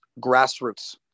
grassroots